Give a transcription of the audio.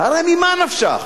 הרי ממה נפשך?